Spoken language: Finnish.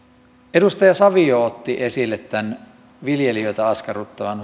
edustaja savio otti esille tämän viljelijöitä askarruttavan